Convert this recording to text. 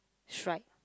stripe